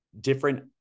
different